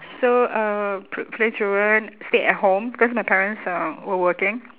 so uh pl~ play truant stay at home cause my parents uh were working